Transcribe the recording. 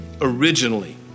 originally